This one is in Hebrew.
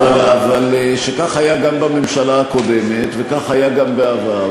אבל שכך היה גם בממשלה הקודמת, וכך היה גם בעבר,